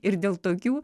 ir dėl tokių